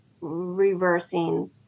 reversing